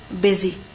busy